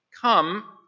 Come